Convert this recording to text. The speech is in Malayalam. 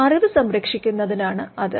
അറിവ് സംരക്ഷിക്കുന്നതിനാണ് അത്